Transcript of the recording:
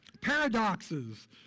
Paradoxes